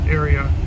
area